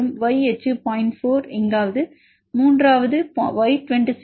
4 எங்காவது மூன்றாவது Y26V 0